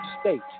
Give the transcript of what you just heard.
state